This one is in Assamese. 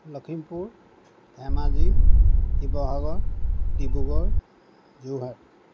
লখিমপুৰ ধেমাজি শিৱসাগৰ ডিব্ৰুগড় যোৰহাট